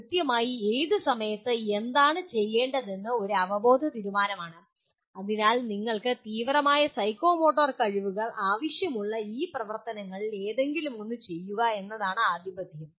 കൃത്യമായി ഏത് സമയത്ത് എന്താണ് ചെയ്യേണ്ടതെന്നത് ഒരു അവബോധ തീരുമാനമാണ് എന്നാൽ നിങ്ങൾക്ക് തീവ്രമായ സൈക്കോമോട്ടോർ കഴിവുകൾ ആവശ്യമുള്ള ഈ പ്രവർത്തനങ്ങളിൽ ഏതെങ്കിലും ഒന്ന് ചെയ്യുക എന്നതാണ് ആധിപത്യം